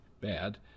bad